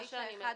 למוקד.